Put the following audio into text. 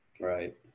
Right